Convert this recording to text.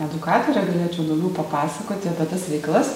edukatorė galėčiau daugiau papasakoti apie tas veiklas